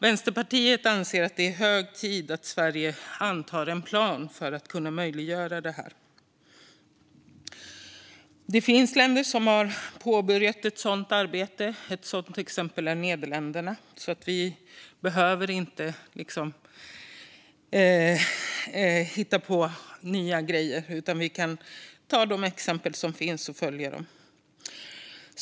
Vänsterpartiet anser att det är hög tid att Sverige antar en plan för att möjliggöra detta. Det finns länder som har påbörjat ett sådant arbete, till exempel Nederländerna. Vi behöver alltså inte hitta på nya grejer utan kan ta de exempel som finns och följa dem.